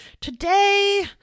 today